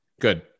Good